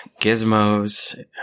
Gizmos